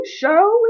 show